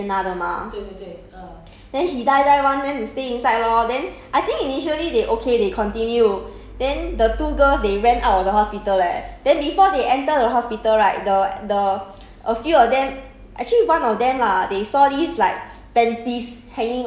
then 因为 err 你 hit 那个 subscriber then 你才有钱拿的 mah then he die die want them to stay inside lor then I think initially they okay they continue then the two girls they ran out of the hospital leh then before they enter the hospital right the the a few of them